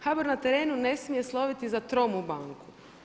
HBOR na terenu ne smije sloviti za tromu banku.